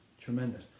tremendous